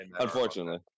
unfortunately